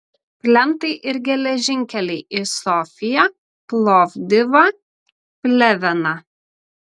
plentai ir geležinkeliai į sofiją plovdivą pleveną